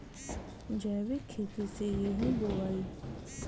जैविक खेती से गेहूँ बोवाई